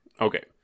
Okay